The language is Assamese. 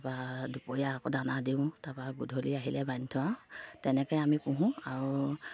তাপা দুপৰীয়া আকৌ দানা দিওঁ তাপা গধূলি আহিলে বান্ধি থওঁ তেনেকৈ আমি পুহোঁ আৰু